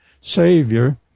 Savior